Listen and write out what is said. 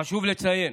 חשוב לציין: